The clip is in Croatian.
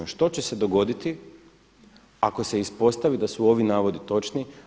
Što će se dogoditi ako se ispostavi da su ovi navodi točni?